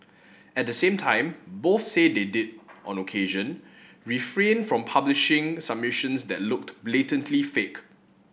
at the same time both say they did on occasion refrain from publishing submissions that looked blatantly fake